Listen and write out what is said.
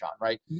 right